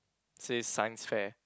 say Science fair